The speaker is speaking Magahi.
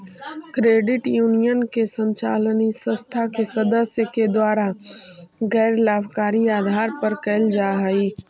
क्रेडिट यूनियन के संचालन इस संस्था के सदस्य के द्वारा गैर लाभकारी आधार पर कैल जा हइ